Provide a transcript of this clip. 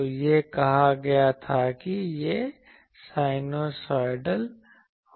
तो यह कहा गया था कि यह साइनूसोइडल होगा